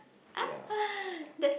ya